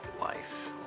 life